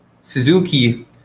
Suzuki